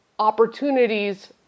opportunities